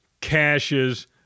caches